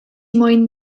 moyn